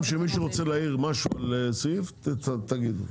שמישהו רוצה להעיר משהו על סעיף תגידו.